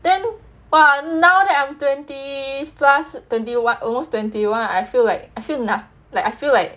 then !wah! now that I'm twenty plus twenty what almost twenty one I feel like I feel like I feel like